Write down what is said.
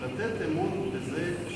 לתת אמון בזה,